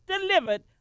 delivered